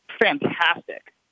fantastic